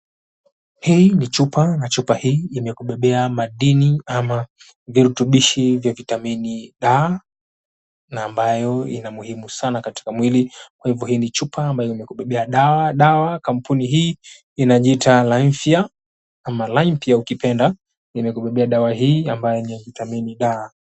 Hii ni chupa na chupa hii imekubebea madini ama virutubishi vya Vitamini D na ambayo ina umuhimu sana katika mwili kwa hivo hii ni chupa ambayo imekubebea dawa dawa kampuni hii inajiita, Lymphia ama Olympia ukipenda ni ya kubebea dawa hii ambayo ni ya Vitamini D.